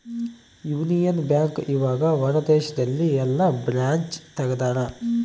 Union bank ಇವಗ ಹೊರ ದೇಶದಲ್ಲಿ ಯೆಲ್ಲ ಬ್ರಾಂಚ್ ತೆಗ್ದಾರ